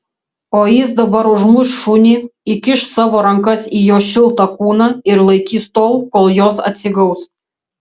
o jis dabar užmuš šunį įkiš savo rankas į jo šiltą kūną ir laikys tol kol jos atsigaus